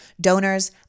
donors